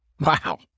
Wow